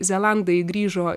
zelandai grįžo